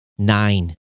Nine